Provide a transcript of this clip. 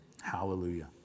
Hallelujah